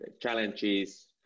challenges